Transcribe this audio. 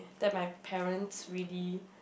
that my parents really